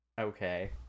okay